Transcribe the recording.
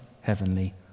heavenly